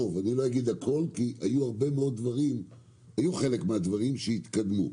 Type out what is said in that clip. אני לא אגיד הכול כי חלק מהדברים התקדמו,